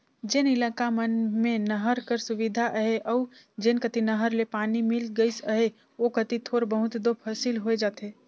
जेन इलाका मन में नहर कर सुबिधा अहे अउ जेन कती नहर ले पानी मिल गइस अहे ओ कती थोर बहुत दो फसिल होए जाथे